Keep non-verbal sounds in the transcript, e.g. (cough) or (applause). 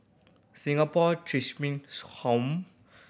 Singapore (unintelligible) Home